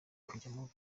kujyamo